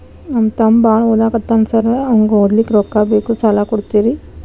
ನಮ್ಮ ತಮ್ಮ ಬಾಳ ಓದಾಕತ್ತನ ಸಾರ್ ಅವಂಗ ಓದ್ಲಿಕ್ಕೆ ರೊಕ್ಕ ಬೇಕು ಸಾಲ ಕೊಡ್ತೇರಿ?